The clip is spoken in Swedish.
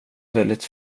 väldigt